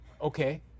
Okay